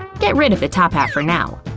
get rid of the top half for now.